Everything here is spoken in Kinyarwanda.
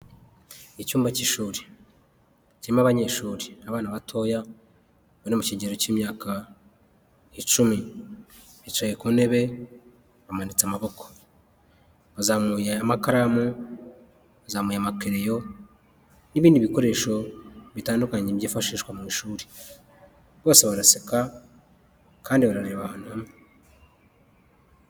Icyumba cy'ishuri kirimo abanyeshuri, abana batoya bari mu kigero cy'imyaka icumi bicaye ku ntebe, bamanitse amaboko bazamuye amakaramu, bazamuye amakereyo, n'ibindi bikoresho bitandukanye byifashishwa mu ishuri. Bose baraseka kandi barareba ahantu hamwe.